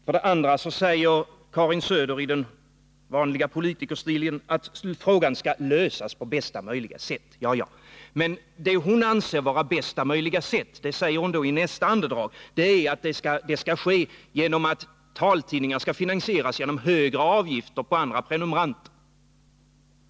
För det andra: Karin Söder säger i den vanliga politikerstilen att frågan skall lösas på bästa möjliga sätt, och i nästa andedrag säger hon att det hon anser vara bästa möjliga sätt är att taltidningarna skall finansieras genom högre avgifter för andra prenumeranter.